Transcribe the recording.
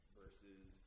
versus